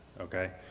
Okay